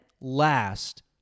last